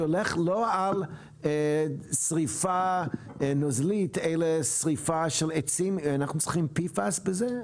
שהולך לא על שריפה נוזלית אלא שריפה של עצים אנחנו צריכים PFAS בזה?